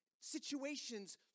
Situations